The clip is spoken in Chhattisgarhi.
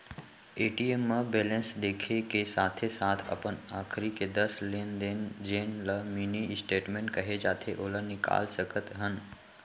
ए.टी.एम म बेलेंस देखे के साथे साथ अपन आखरी के दस लेन देन जेन ल मिनी स्टेटमेंट कहे जाथे ओला निकाल सकत हन